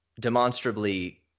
demonstrably